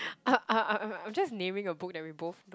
I I'm I'm just naming a book that we both